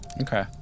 Okay